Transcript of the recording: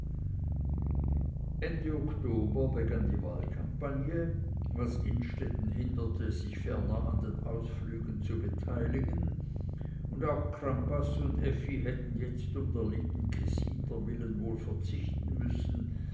oktober begann die wahlkampagne was innstetten hinderte sich ferner an den ausflügen zu beteiligen und auch crampas und effi hätten jetzt um der lieben kessiner willen wohl verzichten müssen